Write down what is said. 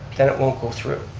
then it won't go through.